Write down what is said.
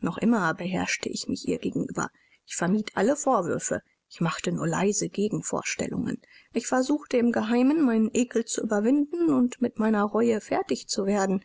noch immer beherrschte ich mich ihr gegenüber ich vermied alle vorwürfe ich machte nur leise gegenvorstellungen ich versuchte im geheimen meinen ekel zu überwinden und mit meiner reue fertig zu werden